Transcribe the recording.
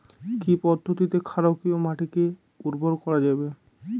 কি পদ্ধতিতে ক্ষারকীয় মাটিকে উর্বর করা যাবে?